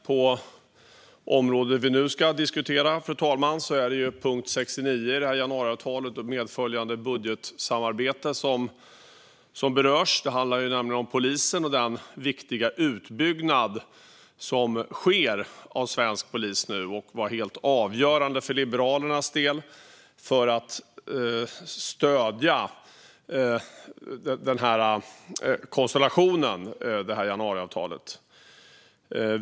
På det område som vi nu ska diskutera, fru talman, är det punkt 69 i januariavtalet och medföljande budgetsamarbete som berörs. Det handlar nämligen om polisen och den viktiga utbyggnad som sker av svensk polis nu, något som var helt avgörande för att Liberalerna skulle stödja den här konstellationen i januariavtalet.